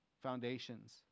foundations